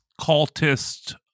cultist